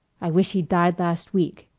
i wish he'd died last week!